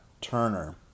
Turner